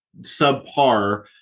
subpar